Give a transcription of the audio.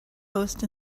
host